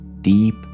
deep